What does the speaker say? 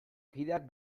kideak